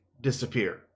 disappear